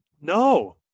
No